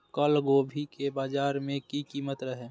कल गोभी के बाजार में की कीमत रहे?